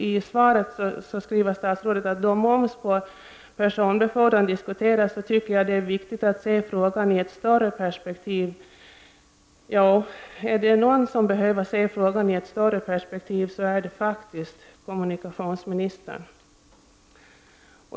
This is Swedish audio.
I svaret skriver statsrådet: ”Då moms på personbefordran diskuteras tycker jag att det är viktigt att se frågan i ett större perspektiv.” Om det är någon som behöver se frågan i ett större perspektiv, är det faktiskt kommunikationsministern.